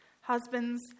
Husbands